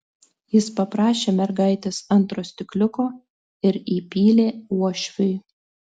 jis paprašė mergaitės antro stikliuko ir įpylė uošviui